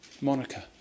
Monica